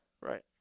Right